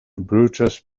brutus